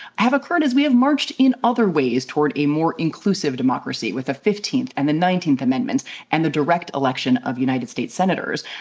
have occurred as we have marched in other ways toward a more inclusive democracy with the fifteenth and the nineteenth amendments and the direct election of united states senators.